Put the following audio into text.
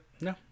No